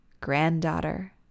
Granddaughter